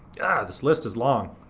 yeah this list is long.